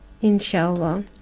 Inshallah